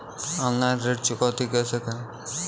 Online ऋण चुकौती कैसे करें?